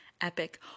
epic